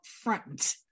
front